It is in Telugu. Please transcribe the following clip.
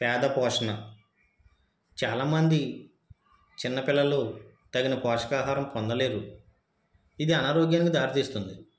పేద పోషణ చాలామంది చిన్నపిల్లలు తగిన పోషకాహారం పొందలేరు ఇది అనారోగ్యానికి దారితీస్తుంది